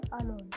alone